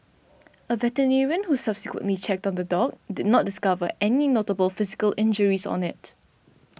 a who subsequently checked on the dog did not discover any notable physical injuries on it